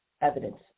evidence